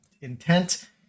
intent